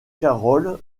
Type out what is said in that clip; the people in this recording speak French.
carol